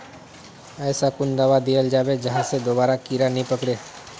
ऐसा कुन दाबा दियाल जाबे जहा से दोबारा कीड़ा नी पकड़े?